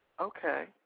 Okay